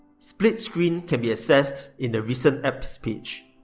spilt screen can be accessed in the recent apps page,